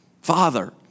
Father